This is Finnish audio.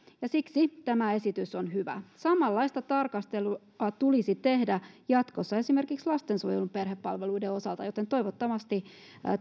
siksi tämä esitys on hyvä samanlaista tarkastelua tulisi tehdä jatkossa esimerkiksi lastensuojelun perhepalveluiden osalta joten toivottavasti